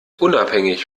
unabhängig